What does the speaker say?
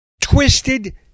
Twisted